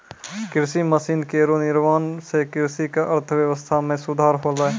कृषि मसीन केरो निर्माण सें कृषि क अर्थव्यवस्था म सुधार होलै